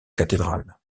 cathédrale